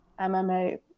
MMA